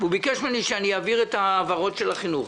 שביקש ממני להעביר את העברות של החינוך.